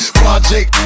project